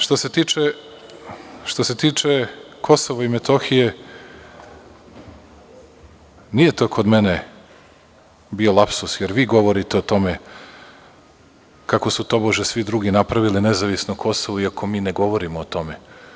Što se tiče Kosova i Metohije, nije to kod mene bio lapsus, jer vi govorite o tome kako su tobože svi drugi napravili nezavisno Kosovo, iako mi ne govorimo o tome.